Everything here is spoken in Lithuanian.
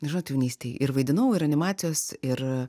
žinot jaunystėj ir vaidinau ir animacijos ir